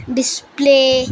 display